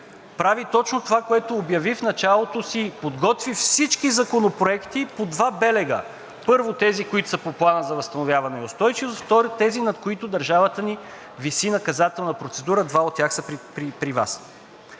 прави точно това, което обяви в началото – подготви всички законопроекти по два белега: първо, тези, които са по Плана за възстановяване и устойчивост, второ, тези, с които над държавата ни виси наказателна процедура – два от тях са при Вас,